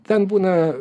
ten būna